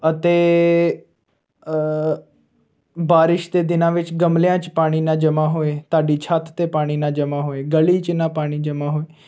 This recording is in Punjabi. ਅਤੇ ਬਾਰਿਸ਼ ਦੇ ਦਿਨਾਂ ਵਿੱਚ ਗਮਲਿਆਂ 'ਚ ਪਾਣੀ ਨਾ ਜਮ੍ਹਾਂ ਹੋਏ ਤੁਹਾਡੀ ਛੱਤ 'ਤੇ ਪਾਣੀ ਨਾ ਜਮ੍ਹਾਂ ਹੋਏ ਗਲੀ ਚ ਨਾ ਪਾਣੀ ਜਮ੍ਹਾਂ ਹੋਏ